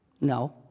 No